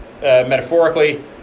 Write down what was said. metaphorically